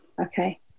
Okay